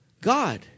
God